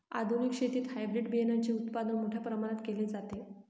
आधुनिक शेतीत हायब्रिड बियाणाचे उत्पादन मोठ्या प्रमाणात केले जाते